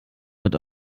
mit